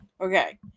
Okay